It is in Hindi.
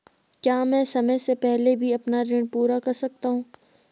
क्या मैं समय से पहले भी अपना ऋण पूरा कर सकता हूँ?